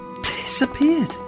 disappeared